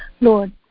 Lord